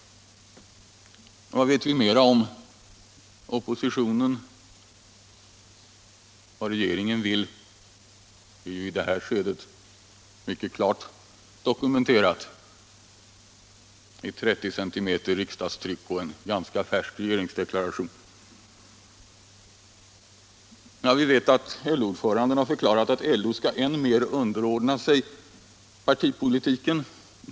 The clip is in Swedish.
Vad vet vi mera om oppositionen? Vad regeringen vill är ju i detta skede mycket klart dokumenterat i 30 cm riksdagstryck och en ganska färsk regeringsdeklaration. Vi vet att LO-ordföranden har förklarat att LO skall än mer underordna sig partipolitiken.